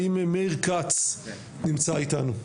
האם מאיר כץ נמצא איתנו?